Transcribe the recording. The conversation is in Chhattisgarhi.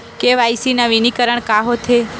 के.वाई.सी नवीनीकरण का होथे?